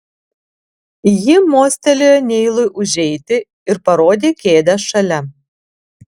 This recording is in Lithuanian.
ji mostelėjo neilui užeiti ir parodė kėdę šalia